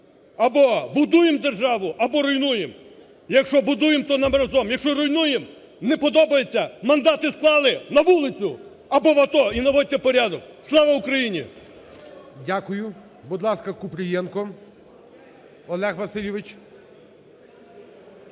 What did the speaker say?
Або будуємо державу, або руйнуємо і якщо будуємо, то разом, а якщо руйнуємо, не подобається – мандати склали і на вулицю або в АТО, і наводьте порядок! Слава Україні! ГОЛОВУЮЧИЙ. Дякую. Будь ласка, Купрієнко Олег Васильович.